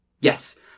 Yes